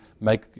make